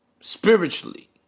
Spiritually